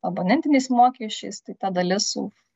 abonentiniais mokesčiais tai ta dalis su